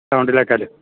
ഗ്രൗണ്ടിലേക്കായാലും